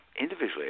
individually